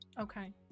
okay